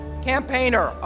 Campaigner